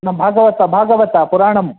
न भागवतं भागवतं पुराणम्